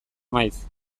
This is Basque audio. maiz